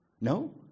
No